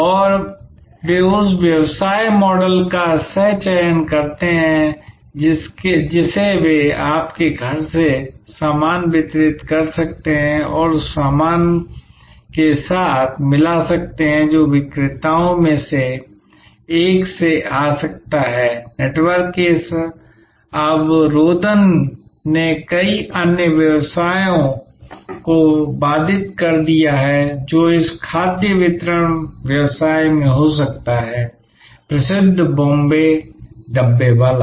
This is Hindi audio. और वे उस व्यवसाय मॉडल का सह चयन करते हैं जिसे वे आपके घर से सामान वितरित कर सकते हैं और उस सामान के साथ मिला सकते हैं जो विक्रेताओं में से एक से आ सकता है नेटवर्क के इस अवरोधन ने कई अन्य व्यवसायों को बाधित कर दिया है जो इस खाद्य वितरण व्यवसाय में हो सकता है प्रसिद्ध बॉम्बे डब्बावाला